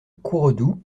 courredou